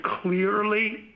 clearly